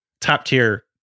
top-tier